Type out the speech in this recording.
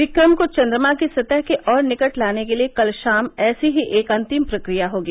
विक्रम को चंद्रमा की सतह के और निकट लाने के लिए कल शाम ऐसी ही एक अंतिम प्रक्रिया होगी